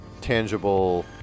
tangible